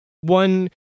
One